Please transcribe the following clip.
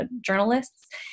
journalists